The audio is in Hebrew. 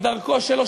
בדרכו שלו,